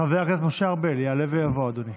חבר הכנסת משה ארבל, יעלה ויבוא אדוני.